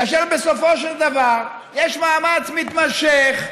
כאשר בסופו של דבר יש מאמץ מתמשך,